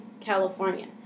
california